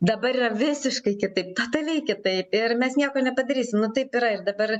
dabar yra visiškai kitaip totaliai kitaip ir mes nieko nepadarysim nu taip yra ir dabar